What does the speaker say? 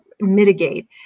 mitigate